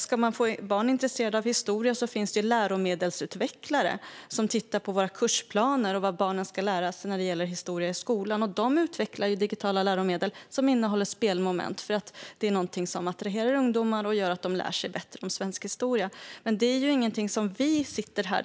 Vill man få barn intresserade av historia finns läromedelsutvecklare som tittar på kursplanerna och vad barn ska lära sig i skolan när det gäller historia. De utvecklar digitala läromedel som innehåller spelmoment för att det är något som attraherar unga och gör att de lär sig svensk historia bättre.